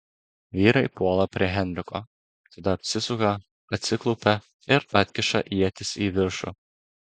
vyrai puola prie henriko tada apsisuka atsiklaupia ir atkiša ietis į viršų